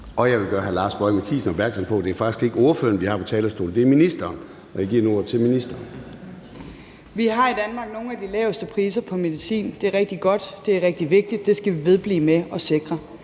Jeg vil gøre hr. Lars Boje Mathiesen opmærksom på, at det faktisk ikke er ordføreren, vi har på talerstolen. Det er ministeren. Jeg giver nu ordet til ministeren. Kl. 09:36 Indenrigs- og sundhedsministeren (Sophie Løhde): Vi har i Danmark nogle af de laveste priser på medicin. Det er rigtig godt, det er rigtig vigtigt, og det skal vi vedblive med at sikre.